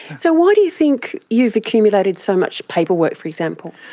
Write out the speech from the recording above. so why do you think you've accumulated so much paperwork, for example?